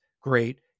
Great